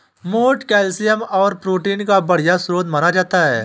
मोठ कैल्शियम और प्रोटीन का बढ़िया स्रोत माना जाता है